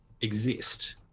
exist